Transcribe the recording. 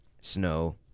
snow